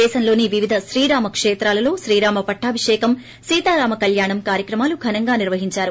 దేశంలోని వివిధ శ్రీరామ కేత్రాలలో శ్రీరామ పట్టాభిషేకం సీతారామ కళ్యాణం కార్భక్రమాలు ఘనంగా నిర్వహించారు